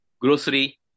grocery